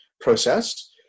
process